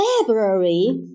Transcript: February